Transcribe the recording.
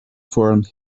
formed